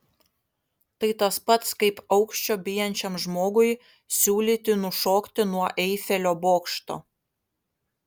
tai tas pats kaip aukščio bijančiam žmogui siūlyti nušokti nuo eifelio bokšto